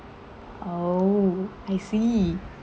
oh I see